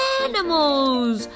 animals